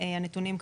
הנתונים,